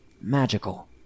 magical